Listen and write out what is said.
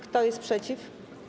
Kto jest przeciw?